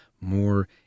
more